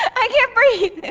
i can't breathe.